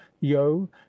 yo